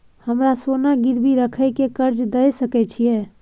हमरा सोना गिरवी रखय के कर्ज दै सकै छिए?